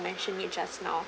mention it just now